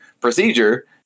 procedure